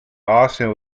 austin